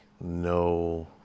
no